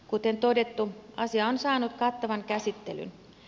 kuten todettu asia on saanut kattavan käsittelyn